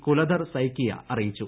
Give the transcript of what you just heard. കുലധർ സയ്ക്കിയ അറിയിച്ചു